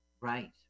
Right